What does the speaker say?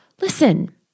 Listen